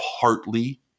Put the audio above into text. partly